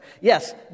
yes